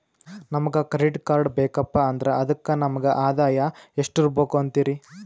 ನಮಗ credit card ಬೇಕಪ್ಪ ಅಂದ್ರ ಅದಕ್ಕ ನಮಗ ಆದಾಯ ಎಷ್ಟಿರಬಕು ಅಂತೀರಿ?